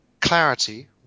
clarity